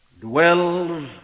dwells